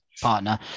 partner